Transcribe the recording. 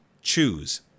choose